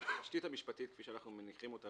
התשתית המשפטית כפי שאנחנו מניחים אותה